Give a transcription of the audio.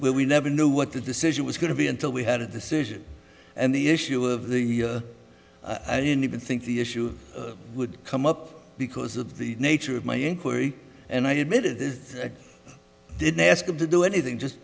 where we never knew what the decision was going to be until we had a decision and the issue of the i didn't even think the issue would come up because of the nature of my inquiry and i admit it is i didn't ask them to do anything just